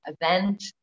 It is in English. event